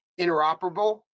interoperable